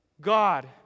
God